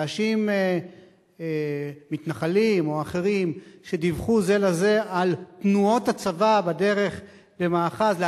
להאשים מתנחלים או אחרים שדיווחו זה לזה על תנועות הצבא בדרך למאחז,